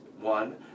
one